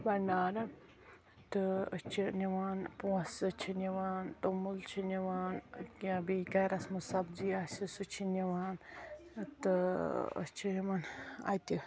بَنڈارٕ تہٕ أسی چھِ نِوان پونٛسہٕ أسۍ چھِ نِوان تومُل چھِ نِوان کینٛہہ بییہِ گَرَس منٛز سَبزی آسہِ سُہ چھِ نِوان تہٕ أسۍ چھِ یِمَن اَتہِ